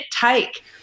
take